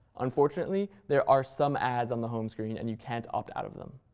unfortunately there are some ads on the home screen, and you can't opt out of them.